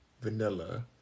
Vanilla